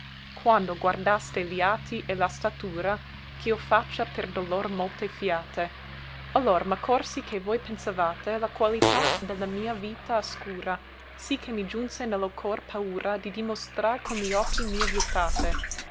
quando guardaste li atti e la statura ch'io faccio per dolor molte fiate allor m'accorsi che voi pensavate la qualità de la mia vita oscura sì che mi giunse ne lo cor paura di dimostrar con li occhi mia viltate